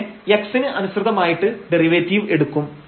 അതിനെ x ന് അനുസൃതമായിട്ട് ഡെറിവേറ്റീവ് എടുക്കും